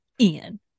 Ian